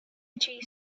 chief